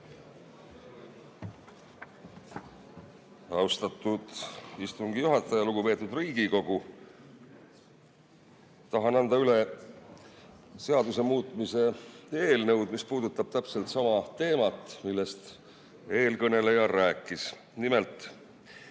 Austatud istungi juhataja! Lugupeetud Riigikogu! Tahan anda üle seaduse muutmise eelnõu, mis puudutab täpselt sama teemat, millest eelkõneleja rääkis. Nimelt